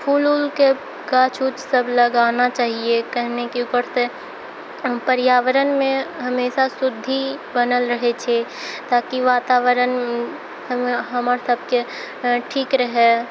फूल उलके गाछ उछसब लगाना चाहिए कहने कि बढ़तै हम पर्यावरणमे हमेशा शुद्धि बनल रहै छै ताकि वातावरण हम हमर सबके ठीक रहए